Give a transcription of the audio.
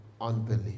unbelief